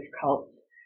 cults